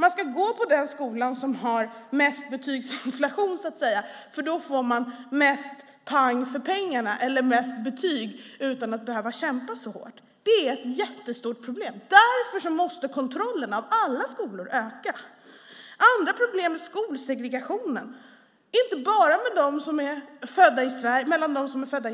Man ska gå på den skola som har mest betygsinflation, för då får man mest pang för pengarna eller bäst betyg utan att behöva kämpa så hårt. Det är ett jättestort problem. Därför måste kontrollen av alla skolor öka. Ett annat problem är skolsegregationen, inte bara mellan dem som är födda i